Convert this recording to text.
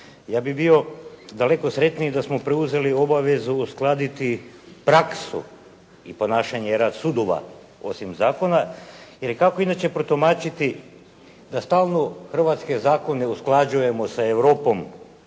Ja bih bio daleko sretniji da smo preuzeli obavezu uskladiti praksu i ponašanje i rad sudova osim zakona jer kako inače protumačiti da stalno hrvatske zakone usklađujemo sa Europom,